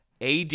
AD